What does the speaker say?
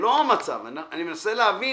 אני מנסה להבין,